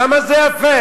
כמה זה יפה.